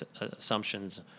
assumptions